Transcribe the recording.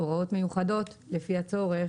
הוראות מיוחדות לפי הצורך